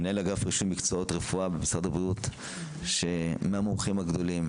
מנהל אגף רישום מקצועות רפואה במשרד הבריאות מהמומחים הגדולים.